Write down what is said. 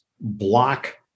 block